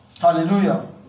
Hallelujah